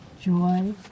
joy